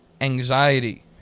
anxiety